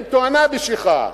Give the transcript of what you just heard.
הם תואנה בשבילך,